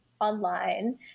online